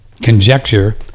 conjecture